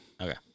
Okay